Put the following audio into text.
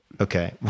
Okay